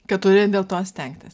kad turi dėl to stengtis